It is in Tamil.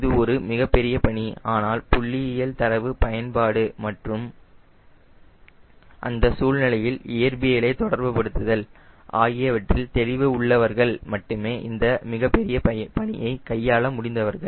இது ஒரு மிகப்பெரிய பணி ஆனால் புள்ளியியல் தரவு பயன்பாடு மற்றும் அந்த சூழ்நிலையில் இயற்பியலை தொடர்புபடுத்தல் ஆகியவற்றில் தெளிவு உள்ளவர்கள் மட்டுமே இந்த மிகப்பெரிய பணியை கையாள முடிந்தவர்கள்